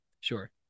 Sure